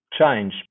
change